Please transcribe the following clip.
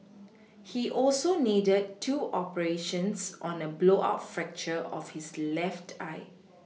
he also needed two operations on a blowout fracture of his left eye